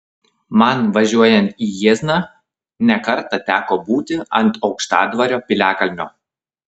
man važiuojant į jiezną ne kartą teko būti ant aukštadvario piliakalnio